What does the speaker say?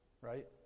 right